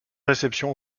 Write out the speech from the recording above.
réception